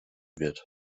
wird